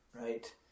right